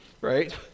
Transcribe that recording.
right